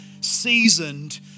seasoned